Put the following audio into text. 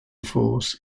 force